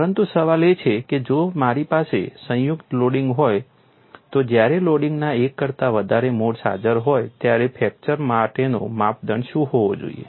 પરંતુ સવાલ એ છે કે જો મારી પાસે સંયુક્ત લોડિંગ હોય તો જ્યારે લોડિંગના એક કરતા વધારે મોડ્સ હાજર હોય ત્યારે ફ્રેક્ચર માટેનો માપદંડ શું હોવો જોઈએ